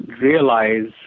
realize